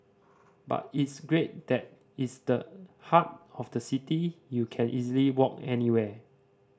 but it's great that it's the heart of the city you can easily walk anywhere